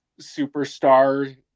superstar